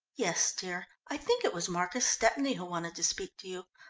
yes, dear. i think it was marcus stepney who wanted to speak to you.